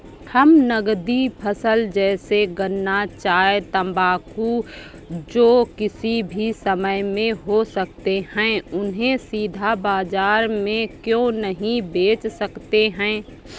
हम नगदी फसल जैसे गन्ना चाय तंबाकू जो किसी भी समय में हो सकते हैं उन्हें सीधा बाजार में क्यो नहीं बेच सकते हैं?